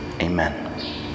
Amen